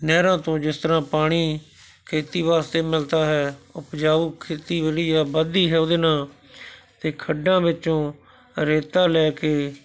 ਨਹਿਰਾਂ ਤੋਂ ਜਿਸ ਤਰ੍ਹਾਂ ਪਾਣੀ ਖੇਤੀ ਵਾਸਤੇ ਮਿਲਦਾ ਹੈ ਉਪਜਾਊ ਖੇਤੀ ਵਧੀਆ ਵੱਧਦੀ ਹੈ ਉਹਦੇ ਨਾਲ਼ ਅਤੇ ਖੱਡਾਂ ਵਿੱਚੋਂ ਰੇਤਾਂ ਲੈ ਕੇ